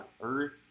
Earth